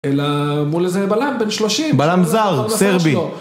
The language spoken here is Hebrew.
אלא מול איזה בלם בן שלושים. בלם זר, סרבי.